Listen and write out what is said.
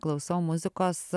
klausau muzikos